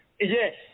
yes